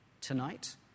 tonight